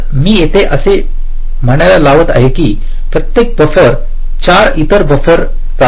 तर मी येथे असे म्हणायला लावत आहे की प्रत्येक बफर 4 इतर बफर चालवितील